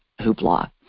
hoopla